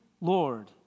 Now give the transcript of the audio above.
Lord